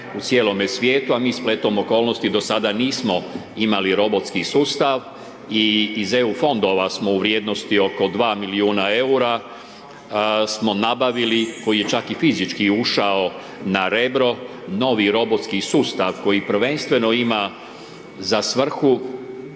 u cijelome svijetu, a mi spletom okolnosti do sada nismo imali robotski sustav i iz EU fondova smo u vrijednosti oko 2 milijuna EUR-a smo nabavili, koji je čak i fizički ušao na Rebro novi robotski sustav koji prvenstveno ima za svrhu